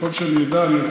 ככל שאני אדע.